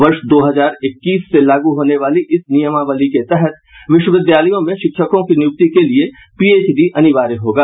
वर्ष दो हजार इक्कीस से लागू होने वाली इस नयी नियमावली के तहत विश्वविद्यालयों में शिक्षकों की नियुक्ति के लिए पीएचडी अनिवार्य होगा